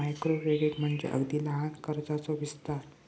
micro credit म्हणजे अगदी लहान कर्जाचो विस्तार